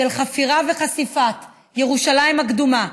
של חפירה וחשיפת ירושלים הקדומה.